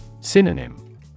Synonym